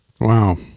wow